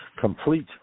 complete